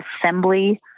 assembly